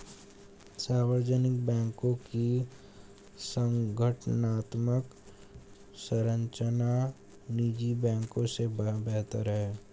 सार्वजनिक बैंकों की संगठनात्मक संरचना निजी बैंकों से बेहतर है